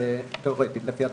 לפי התקנות.